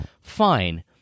Fine